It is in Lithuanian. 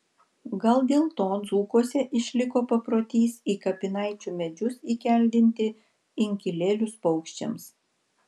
gal dėl to dzūkuose išliko paprotys į kapinaičių medžius įkeldinti inkilėlius paukščiams